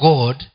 God